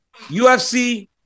UFC